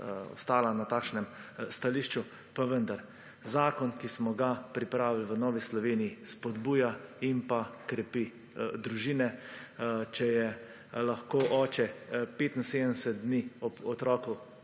ostala na takšnem stališču. Pa vendar, zakon, ki smo ga pripravili v Novi Sloveniji, spodbuja in krepi družine. Če je lahko oče 75 dni ob otroku